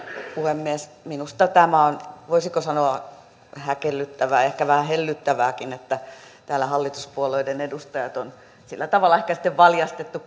puhemies minusta tämä on voisinko sanoa häkellyttävää ehkä vähän hellyttävääkin että täällä hallituspuolueiden edustajat on sillä tavalla ehkä valjastettu